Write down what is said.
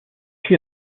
suit